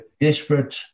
desperate